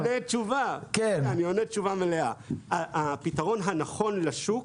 לא, אני עונה תשובה מלאה: הפתרון הנכון לשוק,